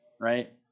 right